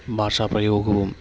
ഭാഷാപ്രയോഗവും